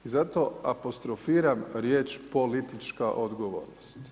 I zato apostrofiram riječ politička odgovornost.